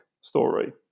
story